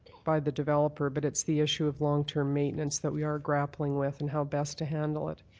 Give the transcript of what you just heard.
by the developer. but it's the issue of long-term maintenance that we are grappling with and how best to handle it.